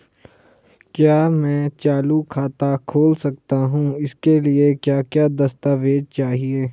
क्या मैं चालू खाता खोल सकता हूँ इसके लिए क्या क्या दस्तावेज़ चाहिए?